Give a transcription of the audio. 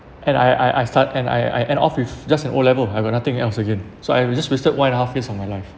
and I I I start and I I end up with just an O level I got nothing else again so I was just wasted one and a half years of my life